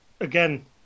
Again